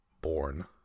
born